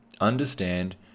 understand